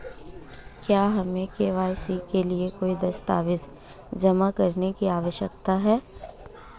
क्या हमें के.वाई.सी के लिए कोई दस्तावेज़ जमा करने की आवश्यकता है?